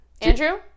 Andrew